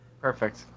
Perfect